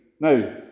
Now